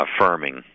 affirming